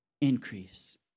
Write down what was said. increase